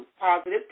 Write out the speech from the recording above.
positive